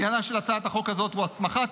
עניינה של הצעת החוק הזאת הוא הסמכת